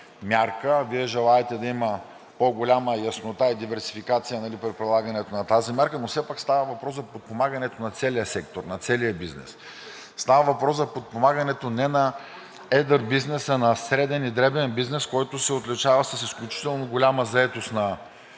Вие желаете да има по-голяма яснота и диверсификация при прилагането на тази мярка, но все пак става въпрос за подпомагането на целия сектор, на целия бизнес. Става въпрос за подпомагането на едър бизнес, а не среден и дребен бизнес, които се отличават с изключено голяма заетост на